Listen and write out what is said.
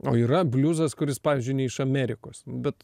o yra bliuzas kuris pavyzdžiui ne iš amerikos bet